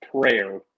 prayer